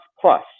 plus